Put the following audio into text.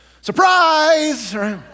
surprise